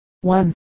one